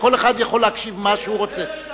כל אחד יכול להקשיב, מה שהוא רוצה.